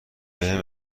وبهم